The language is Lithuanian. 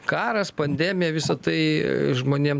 karas pandemija visą tai žmonėm